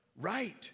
Right